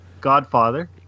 Godfather